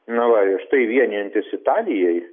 na va ir štai vienijantis italijai